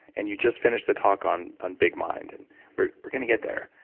and you just finished a talk on on big mind, and we're we're going to get there.